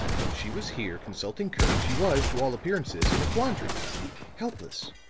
when she was here, consulting kirk, she was, to all appearances, in a quandary helpless.